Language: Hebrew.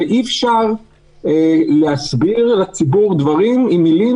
ואי אפשר להסביר לציבור דברים עם מילים